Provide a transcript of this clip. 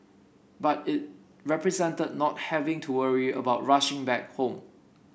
but it represented not having to worry about rushing back home